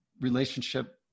relationship